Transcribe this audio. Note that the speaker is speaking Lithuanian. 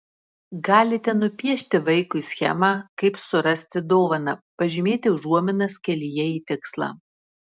galite nupiešti vaikui schemą kaip surasti dovaną pažymėti užuominas kelyje į tikslą